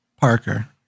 Parker